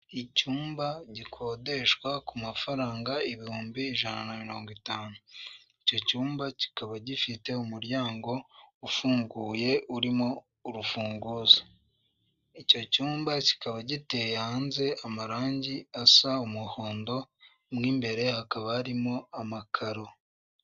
Icyumba gikodeshwa ku mafaranga ibihumbi 150. Icyo cyumba kikaba gifite umuryango ufunguye, urimo urufunguzo. Icyo cyumba kikaba giteye hanze amarangi asa umuhondo, mo imbere hakaba harimo amakaro.